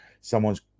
someone's